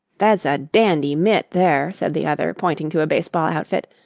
that's a dandy mitt there, said the other, pointing to a baseball outfit.